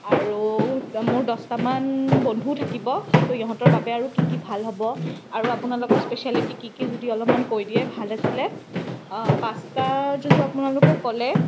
আৰু দ মোৰ দছটামান বন্ধুও থাকিব তো ইহঁতৰ বাবে আৰু কি কি ভাল হ'ব আৰু আপোনালোকৰ স্পেচেয়েলটি কি কি যদি অলপমান কৈ দিয়ে ভাল আছিল পাষ্টাৰ যোনটো আপোনালোকে ক'লে